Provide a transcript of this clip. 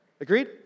Agreed